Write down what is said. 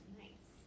nice